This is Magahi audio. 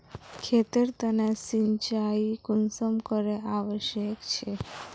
खेतेर तने सिंचाई कुंसम करे आवश्यक छै?